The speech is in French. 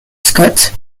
scott